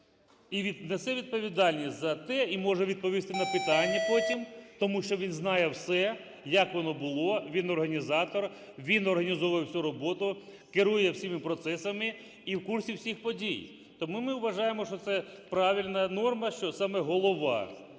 і несе відповідальність за те, і може відповісти на питання потім, тому що він знає все, як воно було. Він організатор, він організовує всю роботу, керує всіма процесами і в курсі всіх подій. Тому ми вважаємо, що це правильна норма, що саме голова,